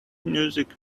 music